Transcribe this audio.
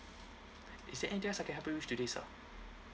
is there anything else I can help you with today sir